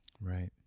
Right